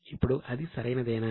ఇప్పుడు అది సరైనదేనా